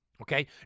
Okay